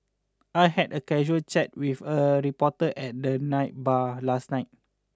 I had a casual chat with a reporter at the night bar last night